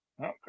okay